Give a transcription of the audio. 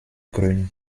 grün